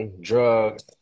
drugs